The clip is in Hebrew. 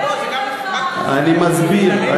אני מסביר.